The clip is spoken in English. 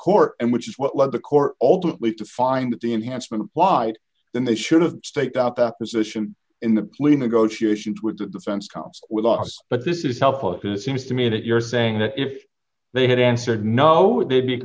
court and which is what the court ultimately to find that the enhancement applied then they should have staked out that position in the plea negotiations with the defense counsel with us but this is helpful if it seems to me that you're saying that if they had answered no they'd be